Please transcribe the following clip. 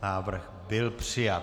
Návrh byl přijat.